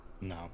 No